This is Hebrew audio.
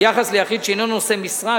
ביחס ליחיד שאינו נושא משרה,